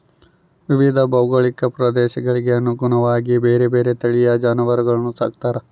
ವಿವಿಧ ಭೌಗೋಳಿಕ ಪ್ರದೇಶಗಳಿಗೆ ಅನುಗುಣವಾಗಿ ಬೇರೆ ಬೇರೆ ತಳಿಯ ಜಾನುವಾರುಗಳನ್ನು ಸಾಕ್ತಾರೆ